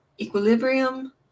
Equilibrium